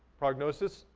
prognosis?